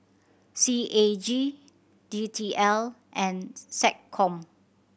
C A G D T L and SecCom